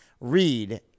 read